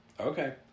Okay